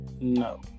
no